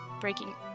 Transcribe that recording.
breaking